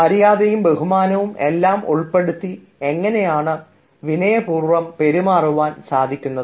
മര്യാദയും ബഹുമാനവും എല്ലാം ഉൾപ്പെടുത്തി എങ്ങനെയാണ് വിനയപൂർവ്വം പെരുമാറുവാൻ സാധിക്കുന്നത്